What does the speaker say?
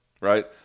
right